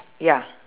ya